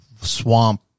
swamp